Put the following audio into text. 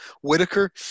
whitaker